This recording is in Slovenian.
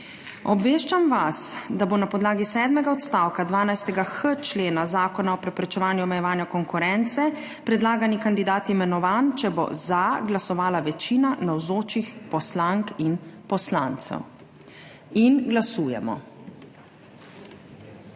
Obveščam vas, da bo na podlagi sedmega odstavka 12.h člena Zakona o preprečevanju omejevanja konkurence predlagani kandidat imenovan, če bo za glasovala večina navzočih poslank in poslancev. Glasujemo.